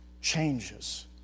changes